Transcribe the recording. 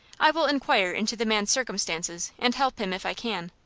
i will inquire into the man's circumstances, and help him if i can.